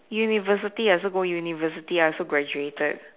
university I also go university I also graduated